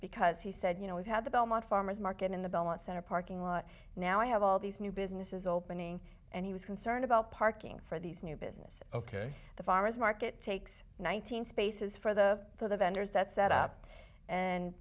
because he said you know we've had the belmont farmer's market in the belmont center parking lot now i have all these new businesses opening and he was concerned about parking for these new businesses ok the farmer's market takes one nine hundred eighty s for the for the vendors that set up and